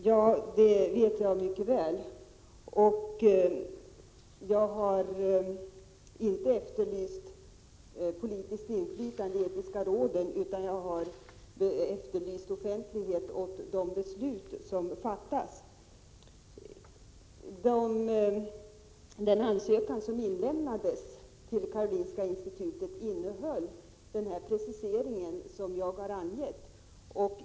Herr talman! Jag känner mycket väl till detta. Jag har inte efterlyst politiskt inflytande i de etiska råden, utan jag har efterlyst offentlighet åt de beslut som fattas. Den ansökan som inlämnades till Karolinska institutet innehöll den precisering som jag har angett.